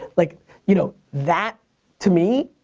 like you know, that to me,